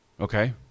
Okay